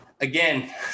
Again